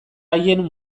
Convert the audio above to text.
haien